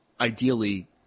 ideally